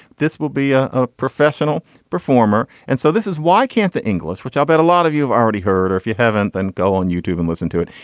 this will be ah a professional performer. and so this is why can't the english which i bet a lot of you have already heard or if you haven't. and go on youtube and listen to it.